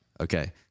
Okay